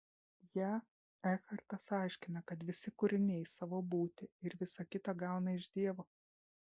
ją ekhartas aiškina kad visi kūriniai savo būtį ir visa kita gauna iš dievo